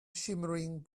shimmering